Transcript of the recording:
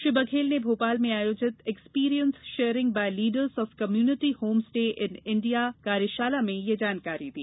श्री बघेल ने भोपाल में आयोजित experience sharing by leaders of community home stay in India कार्यशाला में यह जानकारी दी